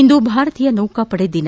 ಇಂದು ಭಾರತೀಯ ನೌಕಾಪಡೆ ದಿನ